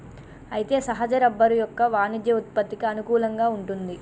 అయితే సహజ రబ్బరు యొక్క వాణిజ్య ఉత్పత్తికి అనుకూలంగా వుంటుంది